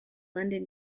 london